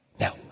Now